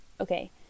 Okay